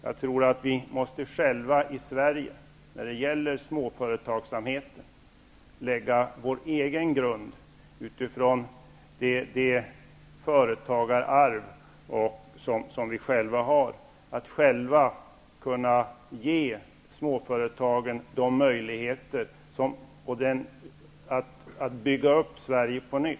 När det gäller småföretagsamheten måste vi själva i Sverige lägga vår egen grund utifrån det företagararv som vi själva har, dvs. att själva ge småföretagen möjligheter att bygga upp Sverige på nytt.